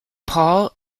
paul